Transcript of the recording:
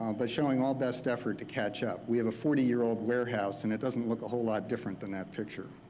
um but showing all best effort to catch up. we have a forty year old warehouse and it doesn't look a whole lot different than that picture.